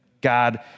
God